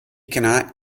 cannot